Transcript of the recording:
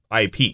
IP